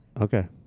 Okay